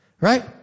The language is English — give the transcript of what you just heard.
right